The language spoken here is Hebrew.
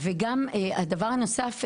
וגם הדבר הנוסף,